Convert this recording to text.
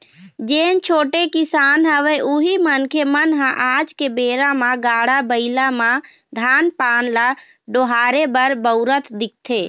जेन छोटे किसान हवय उही मनखे मन ह आज के बेरा म गाड़ा बइला म धान पान ल डोहारे बर बउरत दिखथे